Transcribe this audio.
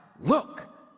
look